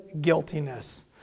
guiltiness